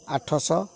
ଆଠଶହ